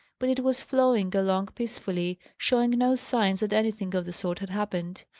but it was flowing along peacefully, showing no signs that anything of the sort had happened.